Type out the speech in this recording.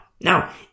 Now